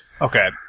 Okay